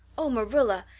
oh, marilla,